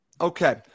Okay